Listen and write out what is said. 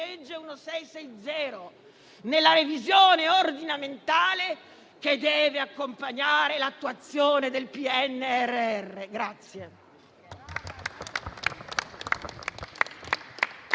legge n. 1660, nella revisione ordinamentale che deve accompagnare l'attuazione del PNRR.